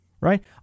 right